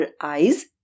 eyes